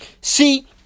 See